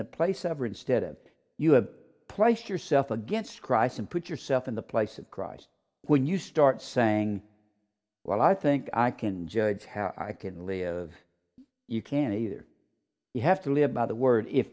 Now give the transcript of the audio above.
the place ever instead of you have to place yourself against christ and put yourself in the place of christ when you start saying well i think i can judge how i can live you can either you have to live by the word if